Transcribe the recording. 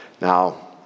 now